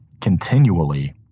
Continually